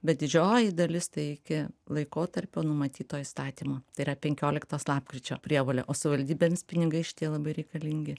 bet didžioji dalis tai iki laikotarpio numatyto įstatymo tai yra penkioliktos lapkričio prievolė o savivaldybėms pinigai šitie labai reikalingi